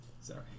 Sorry